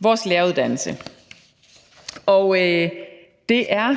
vores læreruddannelse. Det er